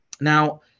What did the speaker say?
Now